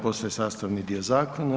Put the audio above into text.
Postaje sastavni dio zakona.